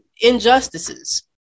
injustices